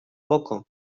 poco